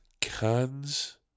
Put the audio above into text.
cans